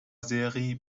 seri